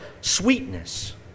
sweetness